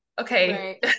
Okay